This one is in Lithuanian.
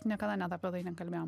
niekada net apie tai nekalbėjom